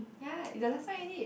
ya it's the last time already